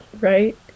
right